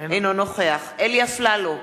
אינו נוכח אלי אפללו,